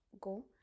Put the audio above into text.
go